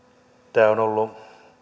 tämä on ollut